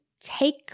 take